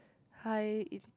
high in